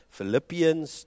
Philippians